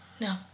no